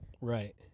Right